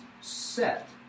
set